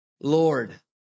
Lord